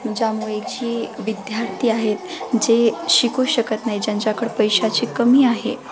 ज्यामुळे जी विद्यार्थी आहेत जे शिकू शकत नाही ज्यांच्याकडं पैशाची कमी आहे